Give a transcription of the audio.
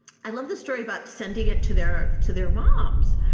i love the story about sending it to their to their moms.